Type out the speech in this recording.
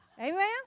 Amen